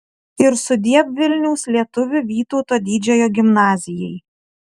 ir sudiev vilniaus lietuvių vytauto didžiojo gimnazijai